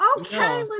okay